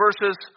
verses